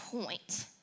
point